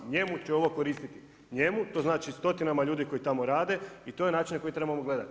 Njemu će ovo koristiti, njemu to znači stotinama ljudi koji tamo rade i to je način na koji trebamo gledati.